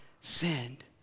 send